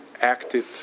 acted